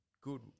Good